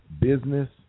business